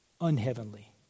unheavenly